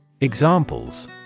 Examples